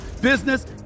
business